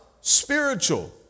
spiritual